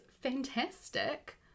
fantastic